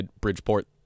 Bridgeport